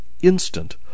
instant